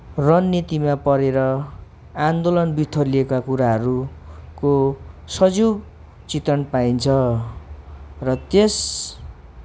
रणनीतिमा परेर आन्दोलन बिथोलिएका कुराहरूको सजीव चित्रण पाइन्छ र त्यस